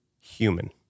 Human